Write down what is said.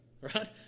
right